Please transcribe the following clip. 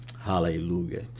Hallelujah